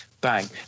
bang